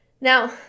Now